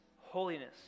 holiness